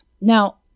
Now